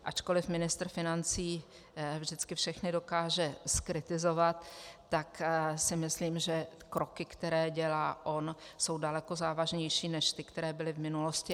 Ačkoli ministr financí vždycky všechny dokáže zkritizovat, tak si myslím, že kroky, které dělá on, jsou daleko závažnější než ty, které byly v minulosti.